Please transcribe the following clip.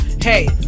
hey